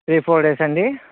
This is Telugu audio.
త్రీ ఫోర్ డేస్ అండీ